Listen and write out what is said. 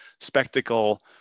spectacle